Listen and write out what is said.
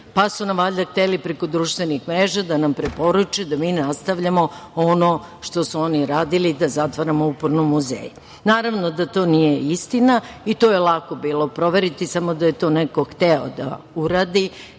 Pa su valjda hteli preko društvenih mreža da nam preporuče da mi ne ostavljamo ono što su oni radili, da zatvaramo uporno muzeje. Naravno da to nije istina i to je lako bilo proveriti samo da je to neko hteo da uradi,